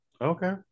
Okay